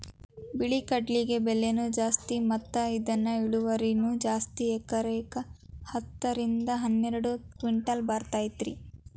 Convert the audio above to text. ಬಿಳಿ ಕಡ್ಲಿಗೆ ಬೆಲೆನೂ ಜಾಸ್ತಿ ಮತ್ತ ಇದ ಇಳುವರಿನೂ ಜಾಸ್ತಿ ಎಕರೆಕ ಹತ್ತ ರಿಂದ ಹನ್ನೆರಡು ಕಿಂಟಲ್ ಬರ್ತೈತಿ